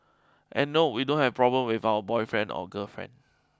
and no we don't have problems with our boyfriend or girlfriend